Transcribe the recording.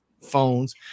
phones